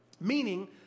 meaning